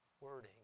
wording